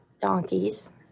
donkeys